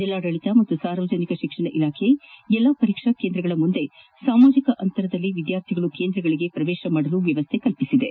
ಜಿಲ್ಲಾಡಳತ ಮತ್ತು ಸಾರ್ವಜನಿಕ ಶಿಕ್ಷಣ ಇಲಾಖೆಯು ಎಲ್ಲಾ ಪರೀಕ್ಷಾ ಕೇಂದ್ರಗಳ ಮುಂದೆ ಸಾಮಾಜಿಕ ಅಂತರದಲ್ಲಿ ವಿದ್ಯಾರ್ಥಿಗಳು ಕೇಂದ್ರಗಳಿಗೆ ಪ್ರವೇಶ ಮಾಡಲು ವ್ಯವಸ್ಥೆ ಕಲ್ಪಿಸಿತ್ತು